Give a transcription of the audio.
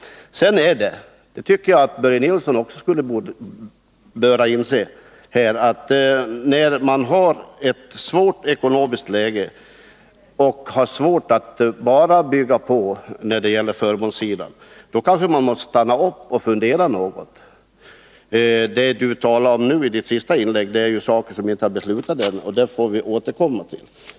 : Jagtycker att Börje Nilsson också borde inse att man, i ett ekonomiskt läge där det är svårt att bygga vidare på förmånssidan, måste stanna upp och fundera något. Uttalandet i Börje Nilssons sista inlägg handlar om saker som inte är beslutade än och som vi får återkomma till.